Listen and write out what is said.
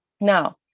Now